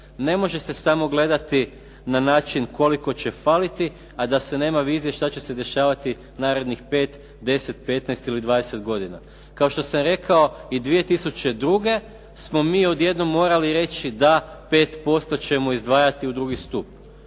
Ne može se samo gledati na način koliko će faliti, a da se nema vizije što će se dešavati narednih 5, 10, 15 ili 20 godina. Kao što sam rekao i 2002. smo mi odjednom morali reći da 5% ćemo izdvajati u drugi stup.